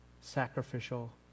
sacrificial